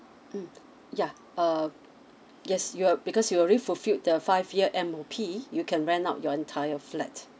mm yeah um yes you uh because you already fulfilled the five year M_O_P you can rent out your entire flat